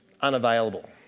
unavailable